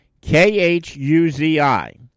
K-H-U-Z-I